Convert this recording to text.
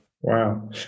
wow